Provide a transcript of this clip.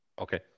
Okay